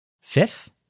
Fifth